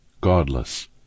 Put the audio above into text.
godless